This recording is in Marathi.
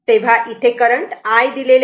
तेव्हा इथे करंट i दिलेले आहे